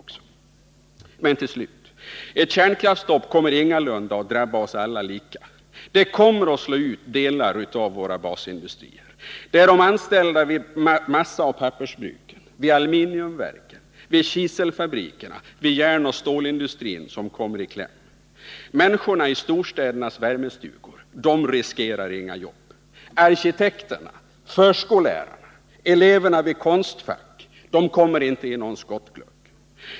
Slutligen: Ett kärnkraftsstopp kommer ingalunda att drabba oss alla lika. Det kommer att slå ut delar av våra basindustrier. Det är de anställda vid massaoch pappersbruken, vid aluminiumverken, vid kiselfabrikerna och inom järnoch stålindustrin som kommer i kläm. Människorna i storstädernas värmestugor riskerar inga jobb. Arkitekterna, förskollärarna och eleverna vid Konstfack kommer inte i någon skottglugg.